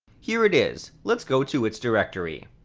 here it is, let's go to its directory.